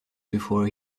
before